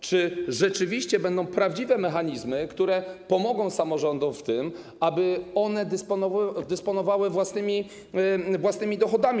Czy rzeczywiście będą prawdziwe mechanizmy, które pomogą samorządom w tym, aby one dysponowały własnymi dochodami?